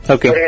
Okay